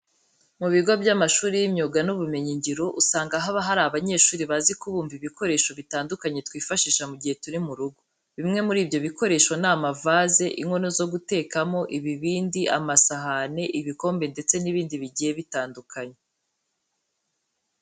Mu bigo by'amashuri y'imyuga n'ubumenyingiro usanga haba hari abanyeshuri bazi kubumba ibikoresho bitandukanye twifashisha mu gihe turi mu rugo. Bimwe muri ibyo bikoresho ni amavaze, inkono zo gutekamo, ibibindi, amasahani, ibikombe ndetse n'ibindi bigiye bitandukanye.